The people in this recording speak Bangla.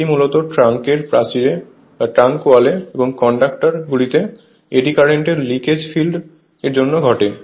এটি মূলত ট্যাঙ্কের প্রাচীর এবং কন্ডাক্টর গুলিতে এডি কারেন্ট এর লিকেজ ফিল্ড এর জন্য ঘটে